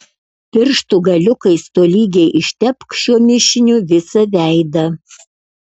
pirštų galiukais tolygiai ištepk šiuo mišiniu visą veidą